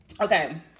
Okay